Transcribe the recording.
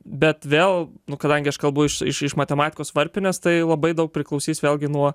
bet vėl nu kadangi aš kalbu iš iš matematikos varpinės tai labai daug priklausys vėlgi nuo